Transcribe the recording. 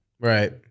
Right